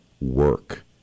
work